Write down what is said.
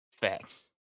Facts